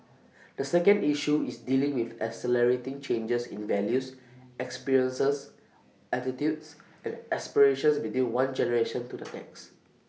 the second issue is dealing with accelerating changes in values experiences attitudes and aspirations between one generation to the next